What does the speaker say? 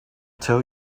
tell